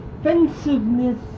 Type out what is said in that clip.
offensiveness